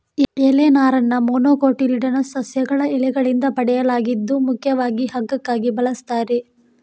ಎಲೆ ನಾರನ್ನ ಮೊನೊಕೊಟಿಲ್ಡೋನಸ್ ಸಸ್ಯಗಳ ಎಲೆಗಳಿಂದ ಪಡೆಯಲಾಗಿದ್ದು ಮುಖ್ಯವಾಗಿ ಹಗ್ಗಕ್ಕಾಗಿ ಬಳಸ್ತಾರೆ